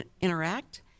interact